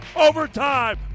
Overtime